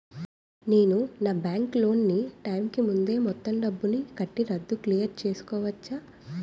నేను నా bank loan నీ టైం కీ ముందే మొత్తం డబ్బుని కట్టి రద్దు క్లియర్ చేసుకోవచ్చా?